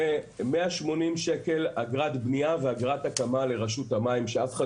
זה 180 שקלים אגרת בנייה ואגרת הקמה לרשות המים כשאף אחד